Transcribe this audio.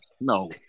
no